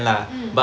mm